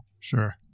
Sure